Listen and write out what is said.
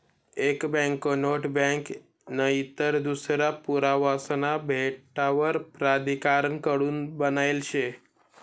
एक banknote bank नईतर दूसरा पुरावासना भेटावर प्राधिकारण कडून बनायेल शे